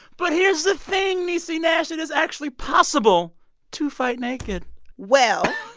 but here's the thing, niecy nash. it is actually possible to fight naked well,